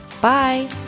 Bye